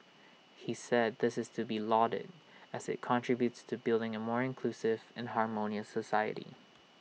he said this is to be lauded as IT contributes to building A more inclusive and harmonious society